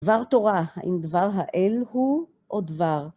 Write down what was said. דבר תורה, אם דבר האל הוא או דבר.